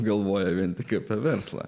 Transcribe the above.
galvoja vien tik apie verslą